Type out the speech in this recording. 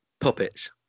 puppets